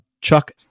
Chuck